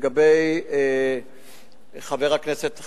לגבי חבר הכנסת חנין,